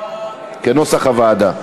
כנוסח הוועדה,